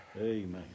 Amen